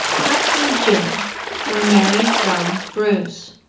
captain jim by mary grant bruce